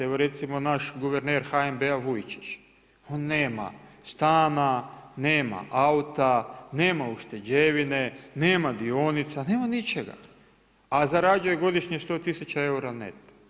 Evo recimo naš guverner Vujčić, on nema stana, nema auta, nema ušteđevine, nema dionica, nema ničega, a zarađuje godišnje 100 tisuća eura neto.